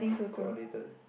quite outdated